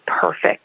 perfect